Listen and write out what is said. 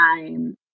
time